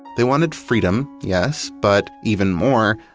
they wanted freedom, yes, but even more,